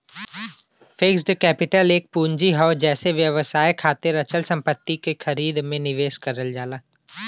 fixed capital एक पूंजी हौ जेसे व्यवसाय खातिर अचल संपत्ति क खरीद में निवेश करल जाला